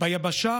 ביבשה